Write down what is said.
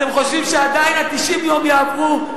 אתם חושבים שעדיין 90 היום יעברו?